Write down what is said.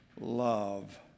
love